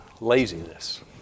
laziness